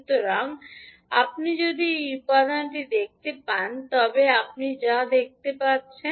সুতরাং আপনি যদি এই উপাদানটি দেখতে পান তবে আপনি যা দেখতে পাচ্ছেন